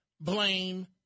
blame